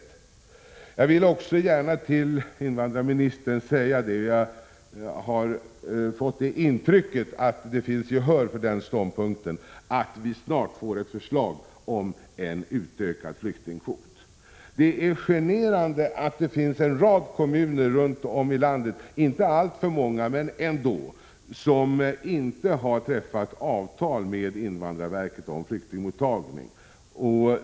Jag vill till invandrarministern gärna säga att jag har fått intrycket att det finns gehör för ett förslag inom kort om en utökad flyktingkvot. Det är generande att det finns en rad kommuner runt om i landet — inte alltför många men ändå — som inte har träffat avtal med invandrarverket om flyktingmottagning.